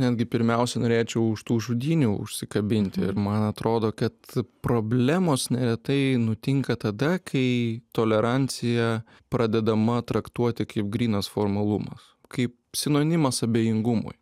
netgi pirmiausia norėčiau už tų žudynių užsikabinti ir man atrodo kad problemos neretai nutinka tada kai tolerancija pradedama traktuoti kaip grynas formalumas kaip sinonimas abejingumui